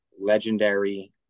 legendary